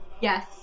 Yes